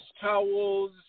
towels